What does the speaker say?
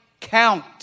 count